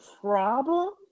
problem